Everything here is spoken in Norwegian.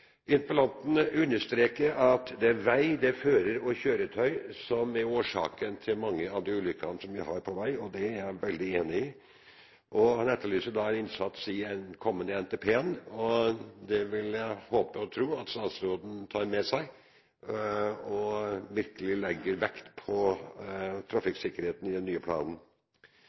understreker at det er vei, det er fører, og det er kjøretøy som er årsaken til mange av de ulykkene som vi har på vei, og det er jeg veldig enig i. Han etterlyser innsats i den kommende NTP-en, og det vil jeg håpe og tro at statsråden tar med seg, og at hun virkelig legger vekt på trafikksikkerheten i den nye planen.